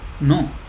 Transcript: No